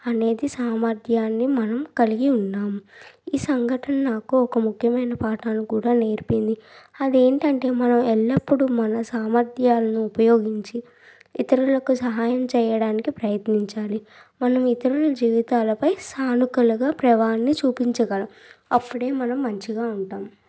అనేది సామర్థ్యాన్ని మనం కలిగి ఉన్నాం ఈ సంఘటన నాకు ఒక ముఖ్యమైన పాఠాలు కూడా నేర్పింది అదేంటంటే మనం ఎల్లప్పుడూ మన సామర్థ్యాలను ఉపయోగించి ఇతరులకు సహాయం చేయడానికి ప్రయత్నించాలి మనం ఇతరుల జీవితాలపై సానుకలుగా ప్రవాన్ని చూపించగలం అప్పుడే మనం మంచిగా ఉంటాం